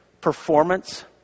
performance